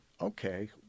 okay